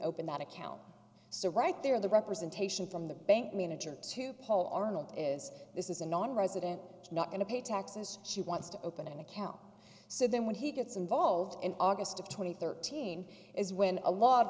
open that account so right there the representation from the bank manager to paul arnold is this is a nonresident not going to pay taxes she wants to open an account so then when he gets involved in august of two thousand and thirteen is when a lot of